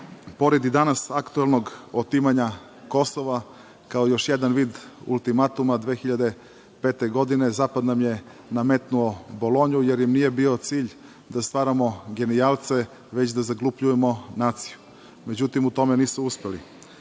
danas aktuelnog otimanja Kosova, kao još jedan vid ultimatuma, 2005. godine zapad nam je nametnuo Bolonju, jer im nije bio cilj da stvaramo genijalce, već da zaglupljujemo naciju. Međutim, u tome nisu uspeli.